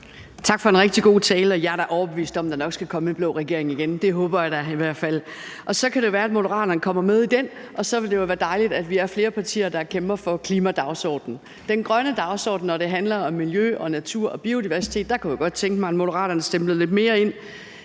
Juul (KF): Tak for en rigtig god tale. Jeg er da overbevist om, at der nok skal komme en blå regering igen. Det håber jeg da i hvert fald, og så kan det være, at Moderaterne kommer med i den; det ville jo være dejligt, at vi er flere partier, der kæmper for klimadagsordenen. Den grønne dagsorden, når det handler om miljø, natur og biodiversitet, kunne jeg godt tænke mig at Moderaterne stemplede lidt mere ind